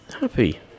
happy